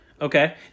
Okay